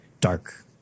dark